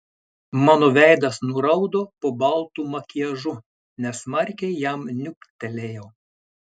mano veidas nuraudo po baltu makiažu nesmarkiai jam niuktelėjau